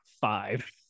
five